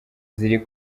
ziri